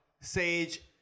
Sage